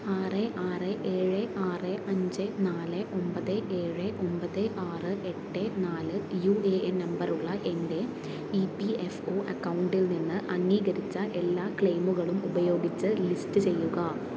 ആറ് ആറ് ഏഴ് ആറ് അഞ്ച് നാല് ഒമ്പത് ഏഴ് ഒമ്പത് ആറ് എട്ട് നാല് യു എ എൻ നമ്പറുള്ള എൻ്റെ ഇ പി എഫ് ഒ അക്കൗണ്ടിൽ നിന്ന് അംഗീകരിച്ച എല്ലാ ക്ലെയിമുകളും ഉപയോഗിച്ച് ലിസ്റ്റ് ചെയ്യുക